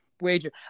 wager